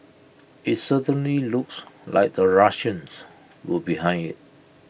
IT certainly looks like the Russians were behind IT